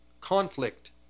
conflict